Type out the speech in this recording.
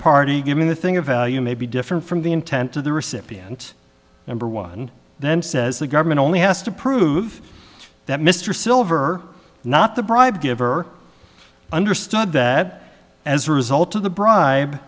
party given the thing of value may be different from the intent of the recipient number one then says the government only has to prove that mr silver not the bribe giver understood that as a result of the bri